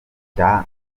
cya